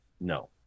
no